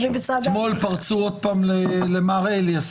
אתמול פרצו עוד פעם למאר אליאס.